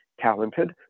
talented